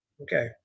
Okay